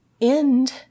end